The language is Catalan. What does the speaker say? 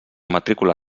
matrícula